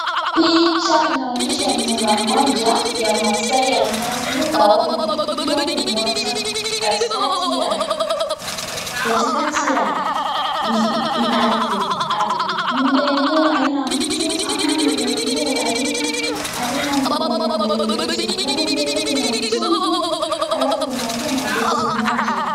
Picha inaonyesha nyumba moja ya maasai ya nyasi raundi iliyo kimoja katikati ya ardhi. Nyumba yenyewe haina mtu ama nyumba lenyewe halina wanyama yeyote. Alafu mbele kuna mtungi alafu kuna tena leso moja.